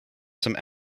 some